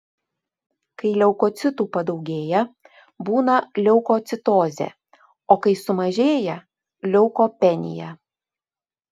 kai leukocitų padaugėja būna leukocitozė o kai sumažėja leukopenija